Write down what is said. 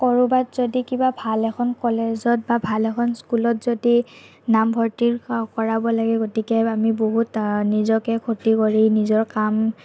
ক'ৰবাত কিবা যদি ভাল এখন কলেজত বা ভাল এখন স্কুলত যদি নামভৰ্তিৰ কৰাব লাগে গতিকে আমি বহুত নিজকে ক্ষতি কৰি নিজৰ কাম